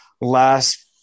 Last